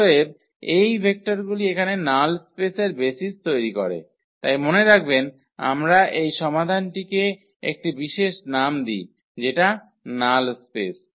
অতএব এই ভেক্টরগুলি এখানে নাল স্পেসের বেসিস তৈরি করে তাই মনে রাখবেন আমরা এই সমাধানটিকে একটি বিশেষ নাম দিই যেটা নাল স্পেস